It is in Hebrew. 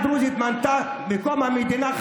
בעת הקמת המדינה,